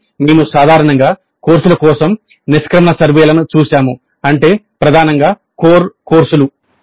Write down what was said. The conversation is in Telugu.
కాబట్టి మేము సాధారణంగా కోర్సుల కోసం నిష్క్రమణ సర్వేలను చూశాము అంటే ప్రధానంగా కోర్ కోర్సులు